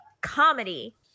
comedy